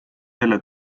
jälle